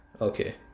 Okay